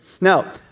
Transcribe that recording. Now